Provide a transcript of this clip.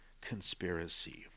conspiracy